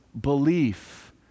belief